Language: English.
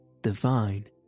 divine